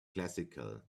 classical